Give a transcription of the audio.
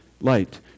light